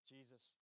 Jesus